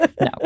no